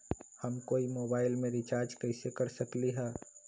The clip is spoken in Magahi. हम कोई मोबाईल में रिचार्ज कईसे कर सकली ह?